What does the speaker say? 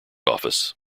office